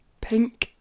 pink